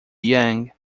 yang